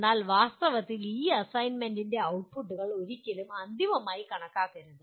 എന്നാൽ വാസ്തവത്തിൽ ഈ അസൈൻമെന്റിന്റെ ഈ ഔട്ട്പുട്ടുകൾ ഒരിക്കലും അന്തിമമായി കണക്കാക്കരുത്